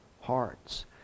hearts